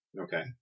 Okay